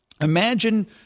imagine